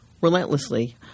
relentlessly